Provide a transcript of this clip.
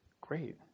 Great